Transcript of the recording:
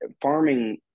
farming